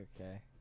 okay